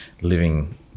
living